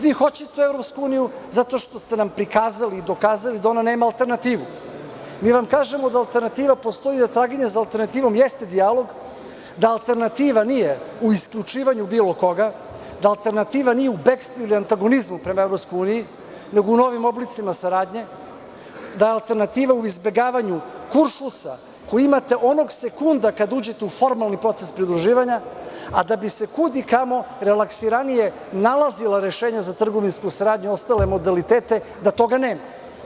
Vi hoćete EU zato što ste nam prikazali i dokazali da ona nema alternativu, jer vam kažemo da alternativa postoji i da traganje za alternativom jeste dijalog, da alternativa nije u isključivanju bilo koga, da alternativa nije u bekstvu ili u antagonizmu prema EU, nego u novim oblicima saradnje, da alternativa u izbegavanju kuršlusa koji imate onog sekunda kada uđete u formalni proces pridruživanja, a da bi se kud i kamo relaksiranije nalazila rešenja za trgovinsku saradnju i ostale modelitete, da toga nema.